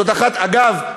אגב,